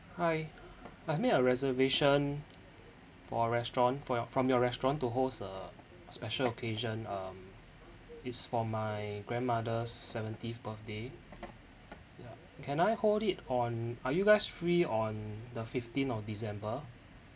hi I've made a reservation for restaurant for your from your restaurant to host a special occasion um it's for my grandmother's seventieth birthday ya can I hold it on are you guys free on the fifteenth of december